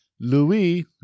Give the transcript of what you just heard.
Louis